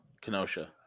kenosha